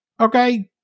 Okay